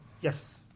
yes